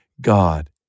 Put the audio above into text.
God